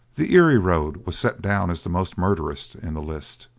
the erie road was set down as the most murderous in the list.